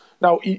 Now